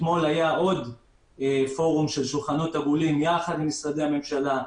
אתמול היה עוד פורום של שולחנות עגולים יחד עם משרדי הממשלה,